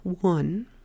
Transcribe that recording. one